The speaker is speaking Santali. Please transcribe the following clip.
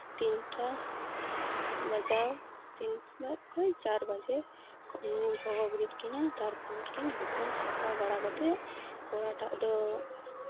ᱛᱤᱱᱴᱟ ᱵᱟᱡᱟᱣ ᱛᱤᱱᱴᱟ ᱠᱷᱚᱡ ᱪᱟᱨ ᱵᱟᱡᱮ ᱦᱚᱦᱚ ᱵᱮᱨᱮᱫ ᱠᱤᱱᱟ ᱛᱟᱨᱯᱚᱨᱮ ᱠᱤᱱ ᱦᱩᱛᱩᱢ ᱥᱟᱯᱷᱟ ᱵᱟᱲᱟ ᱠᱟᱛᱮᱫ ᱠᱚᱲᱟᱴᱟᱜ ᱫᱚ